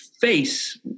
face